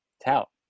tell